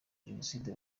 jenoside